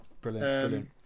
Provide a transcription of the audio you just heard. brilliant